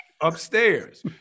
upstairs